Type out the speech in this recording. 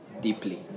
deeply